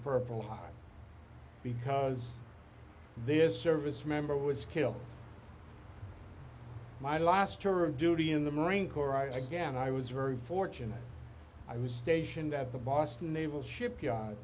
purple heart because their service member was killed my last tour of duty in the marine corps right again i was very fortunate i was stationed at the boston naval shipyard